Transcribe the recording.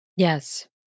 Yes